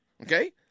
okay